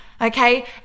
Okay